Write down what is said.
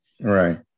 Right